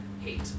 hate